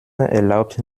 erlaubt